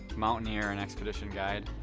mountaineer and expedition guide.